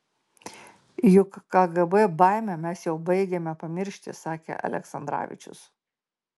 juk kgb baimę mes jau baigiame pamiršti sakė aleksandravičius